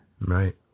Right